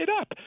up